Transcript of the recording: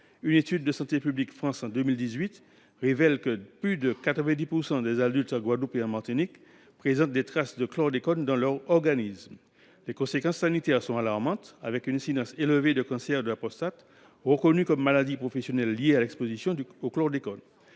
Une étude de Santé publique France de 2018 révèle que plus de 90 % des adultes en Guadeloupe et en Martinique présentent des traces de chlordécone dans leur organisme. Les conséquences sanitaires sont alarmantes, avec une incidence élevée de cancer de la prostate, reconnu comme maladie professionnelle liée à l’exposition au chlordécone.